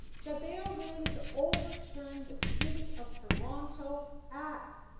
that they are willing to overturn the city of toronto act,